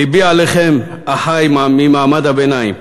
לבי עליכם, אחי ממעמד הביניים,